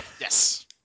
Yes